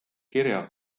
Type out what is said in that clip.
kirja